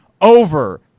over